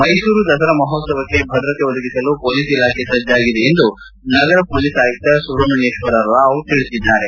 ಮ್ಯೆಸೂರು ದಸರಾ ಮಹೋತ್ಸವಕ್ಕೆ ಭದ್ರತೆ ಒದಗಿಸಲು ಪೊಲೀಸ್ ಇಲಾಖೆ ಸಜ್ಜಾಗಿದೆ ಎಂದು ನಗರ ಪೊಲೀಸ್ ಆಯುಕ್ತ ಸುಬ್ರಹ್ಮಣ್ಣೇಶ್ವರ್ರಾವ್ ತಿಳಿಸಿದ್ದಾರೆ